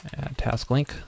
addTaskLink